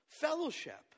fellowship